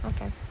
Okay